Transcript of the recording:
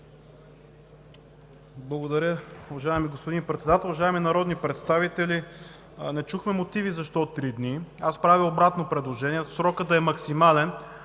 Благодаря, уважаеми господин Председател. Уважаеми народни представители, не чухме мотиви защо три дни. Аз правя обратно предложение – срокът да е максимален,